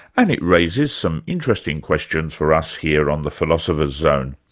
and it raises some interesting questions for us here on the philosopher's zone.